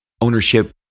ownership